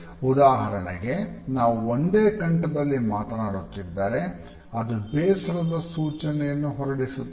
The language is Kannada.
ಉದಾಹರಣೆಗೆ ನಾವು ಒಂದೇ ಕಂಠದಲ್ಲಿ ಮಾತನಾಡುತ್ತಿದ್ದಾರೆ ಅದು ಬೇಸರದ ಸೂಚನೆಯನ್ನು ಹೊರಡಿಸುತ್ತದೆ